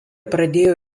pradėjo